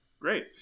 great